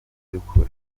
by’ukuri